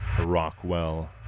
Rockwell